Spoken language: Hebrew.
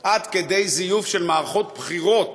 עד כדי זיוף של מערכות בחירות